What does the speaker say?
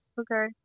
Okay